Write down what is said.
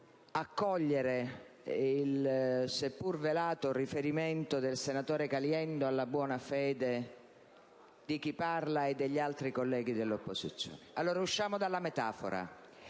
accogliere il seppur velato riferimento del senatore Caliendo alla buona fede di chi parla e degli altri colleghi dell'opposizione. Allora, usciamo dalla metafora